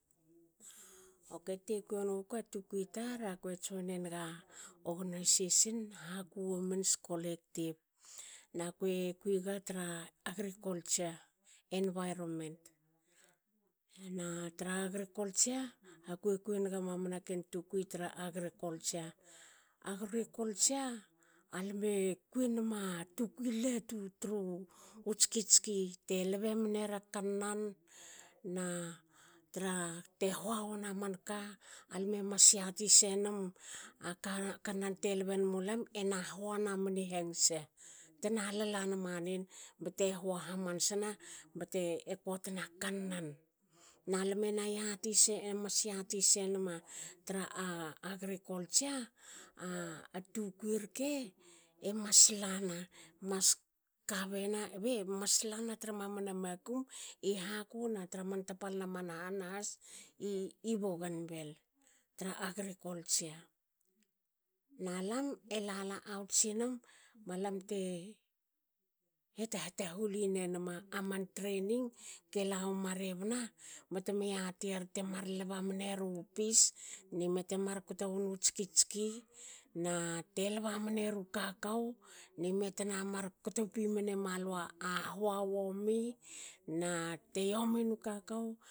Okei te kui wonguku a tukui tar akue join enaga organization haku women's collective. nakue kuiga tra agriculture environment. Na tra agriculture. akue kui enaga mamana ken tukui tra agriculture. Agriculture alme kui nama tukui latu tru tski tski te lebe mnera kannan na tra te hua wona manka. alme mas yati senum aka kannan te lben mulam ena hua namni hangse. tena lala nananin bte hua hamansana bte kotna kannan. Na lame na yati emas yati senna tra tra agriculture. a tukui rke emas lana mas kabena be mas lana tra mamani makum i haku na tra man tapalna man han has i bougainville tra agriculture. Nalam e lala aut sinum balam te hat hata hulin enma aman training kelauma rebna betme yatieri temar lba mneru pis, nime temar kto wonu tski na te lba meru kakao, nime tna mar kto pimne malua a hoa womi te yominu kakao